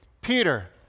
Peter